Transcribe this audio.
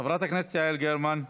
חברת הכנסת יעל גרמן,